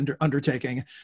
undertaking